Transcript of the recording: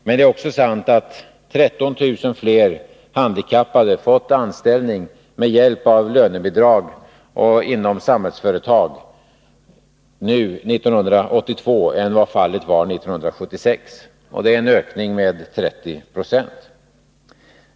Men det är också sant att 13 000 fler handikappade fått anställning med hjälp av lönebidrag och inom Samhällsföretag nu 1982 än vad fallet var 1976. Det är en ökning med 30 9.